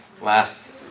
last